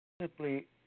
simply